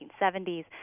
1970s